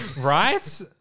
Right